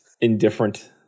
Indifferent